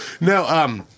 No